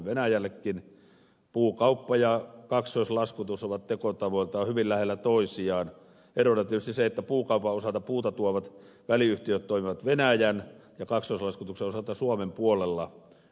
puukauppa ja kaksoislaskutus ovat tekotavoiltaan hyvin lähellä toisiaan erona tietysti se että puukaupan osalta puuta tuovat väliyhtiöt toimivat venäjän ja kaksoislaskutuksen osalta suomen puolella